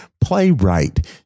Playwright